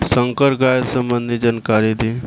संकर गाय संबंधी जानकारी दी?